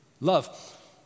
love